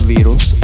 Virus